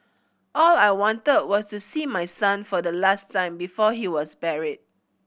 all I wanted was to see my son for the last time before he was buried